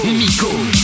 Miko